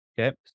okay